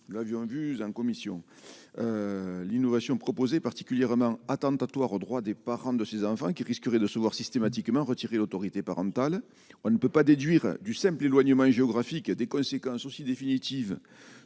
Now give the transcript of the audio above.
l'avion, un Buzz en commission l'innovation proposée particulièrement attentatoire au droit des parents de ces enfants qui risquerait de se voir systématiquement retirer l'autorité parentale, on ne peut pas déduire du simple éloignement géographique, il y a des conséquences aussi définitives